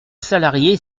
salarié